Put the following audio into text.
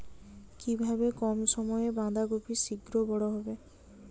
কিভাবে কম সময়ে বাঁধাকপি শিঘ্র বড় হবে?